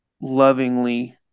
lovingly